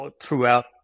throughout